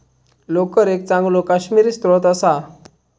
लोकर एक चांगलो काश्मिरी स्त्रोत असा